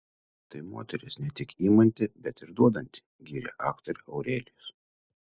tai moteris ne tik imanti bet ir duodanti gyrė aktorę aurelijus